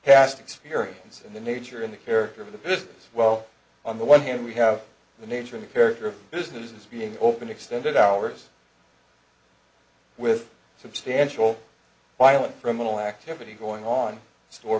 past experience and the nature of the character of the business well on the one hand we have the nature and character of businesses being open extended hours with substantial violent criminal activity going on